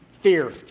Fear